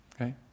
okay